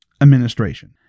administration